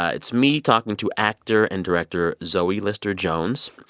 ah it's me talking to actor and director zoe lister-jones.